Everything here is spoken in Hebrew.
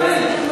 חברים.